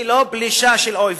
היא לא פלישה של אויבים,